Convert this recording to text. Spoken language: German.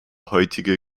heutige